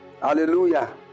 Hallelujah